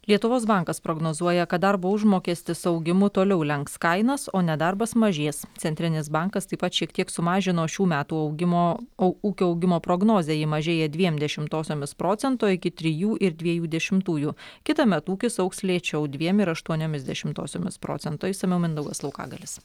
lietuvos bankas prognozuoja kad darbo užmokestis augimu toliau lenks kainas o nedarbas mažės centrinis bankas taip pat šiek tiek sumažino šių metų augimo o ūkio augimo prognozę ji mažėja dviem dešimtosiomis procento iki trijų ir dviejų dešimtųjų kitąmet ūkis augs lėčiau dviem ir aštuoniomis dešimtosiomis procento išsamiau mindaugas laukagalis